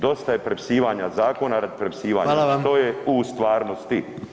Dosta je prepisivanja zakona, radi prepisivanja [[Upadica: Hvala vam]] Što je u stvarnosti?